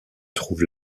trouve